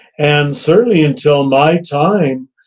and certainly until my time,